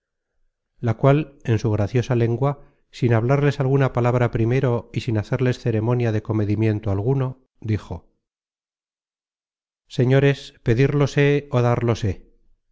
la cual en su graciosa lengua sin hablarles alguna palabra primero y sin hacerles ceremonia de comedimiento alguno dijo señores pedirlos he ó darlos he a lo